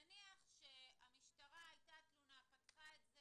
נניח שהייתה תלונה והמשטרה פתחה וזה